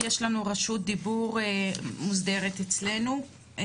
בבקשה, תציג את